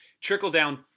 Trickle-down